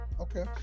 Okay